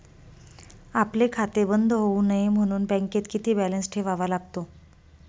आपले खाते बंद होऊ नये म्हणून बँकेत किती बॅलन्स ठेवावा लागतो?